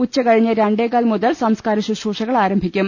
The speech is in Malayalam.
ഉച്ചകഴിഞ്ഞ് രണ്ടേകാൽ മുതൽ സംസ്കാര ശുശ്രൂഷകൾ ആരംഭിക്കും